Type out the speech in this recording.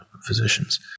physicians